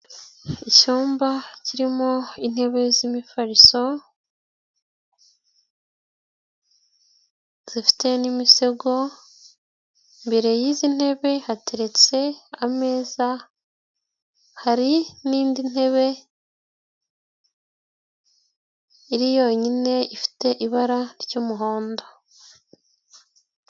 Icyumba kirimo intebe z'imifariso zifite n'imisego. Imbere yizi ntebe hateretse ameza hari n'indi ntebe, iri yonyine ifite ibara ry'umuhondo.